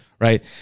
Right